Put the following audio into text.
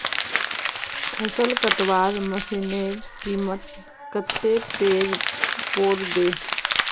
फसल कटवार मशीनेर कीमत कत्ते पोर बे